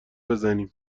بزنیم